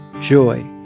joy